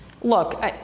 Look